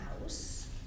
house